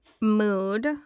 mood